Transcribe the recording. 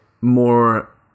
more